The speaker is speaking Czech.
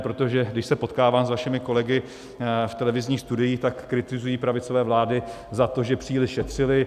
Protože když se potkávám s vašimi kolegy v televizních studiích, tak kritizují pravicové vlády za to, že příliš šetřily.